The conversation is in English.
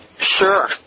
Sure